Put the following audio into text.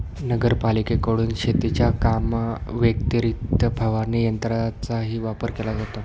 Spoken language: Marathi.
नगरपालिकेकडून शेतीच्या कामाव्यतिरिक्त फवारणी यंत्राचाही वापर केला जातो